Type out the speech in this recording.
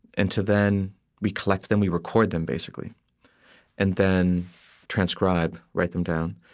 and to then we collect them. we record them basically and then transcribe, write them down,